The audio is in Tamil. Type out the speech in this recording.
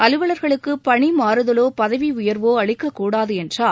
அலுவவர்களுக்கு பணி மாறுதலோ பதவி உயர்வோ அளிக்கக்கூடாது என்றார்